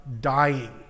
dying